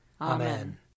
Amen